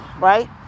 right